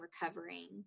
recovering